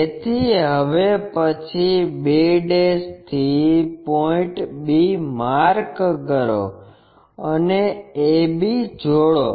તેથી હવે પછી b થી પોઇન્ટ b માર્ક કરો અને a b જોડો